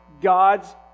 God's